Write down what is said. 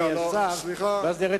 אדוני השר,